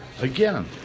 Again